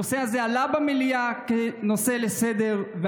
הנושא הזה עלה במליאה כנושא לסדר-היום,